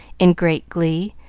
in great glee,